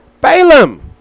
Balaam